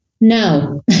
No